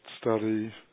study